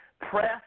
press